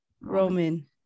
Roman